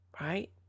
right